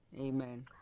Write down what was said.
Amen